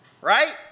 Right